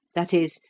that is,